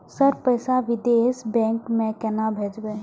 Sir पैसा विदेशी bank में केना भेजबे?